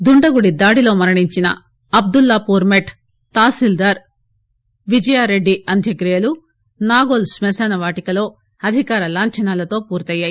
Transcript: దుండగుడి దాడిలో మరణించిన Abdullapurmet tahsildar Vijaya Reddy అంత్యక్రియలు నాగోల్ క్మ శానవాటికలో అధికార లాంఛనాలతో పూర్తయ్యాయి